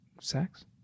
sex